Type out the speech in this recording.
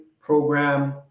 program